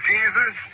Jesus